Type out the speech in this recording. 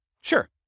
Sure